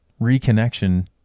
Reconnection